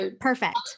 Perfect